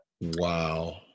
Wow